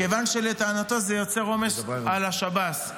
כיוון שלטענתו זה יוצר עומס על השב"ס.